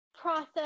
process